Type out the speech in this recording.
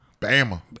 Bama